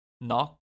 Knock